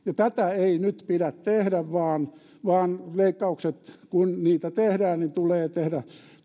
tätä ei nyt pidä tehdä vaan vaan leikkaukset kun niitä tehdään tulee tehdä